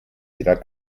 emperor